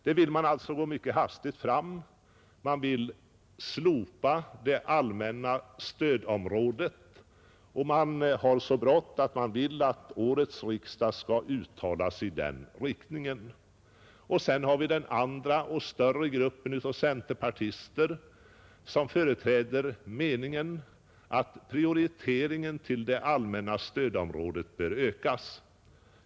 Man vill alltså gå mycket hastigt fram för att slopa det allmänna stödområdet, och man har så brått att man vill att årets riksdag skall uttala sig i den riktningen. Den andra och stora gruppen av centerpartister företräder meningen att prioriteringen till det allmänna stödområdet bör ökas.